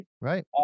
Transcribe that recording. Right